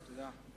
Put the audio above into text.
תודה.